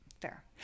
fair